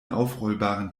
aufrollbaren